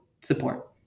support